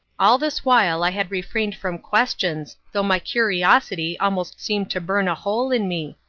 all this while i had refrained from questions, though my curiosity almost seemed to burn a hole in me,